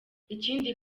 ikindi